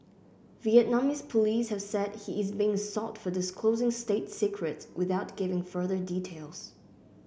Vietnamese police have said he is being sought for disclosing state secrets without giving further details